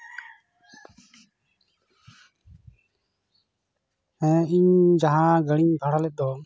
ᱦᱮᱸ ᱤᱧ ᱡᱟᱦᱟᱸ ᱜᱟᱰᱤᱧ ᱵᱷᱟᱲᱟ ᱞᱮᱫ ᱫᱚ